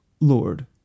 Lord